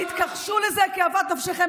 תתכחשו לזה כאוות נפשכם,